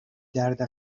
درد